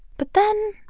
but then,